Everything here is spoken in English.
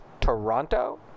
Toronto